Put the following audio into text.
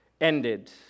ended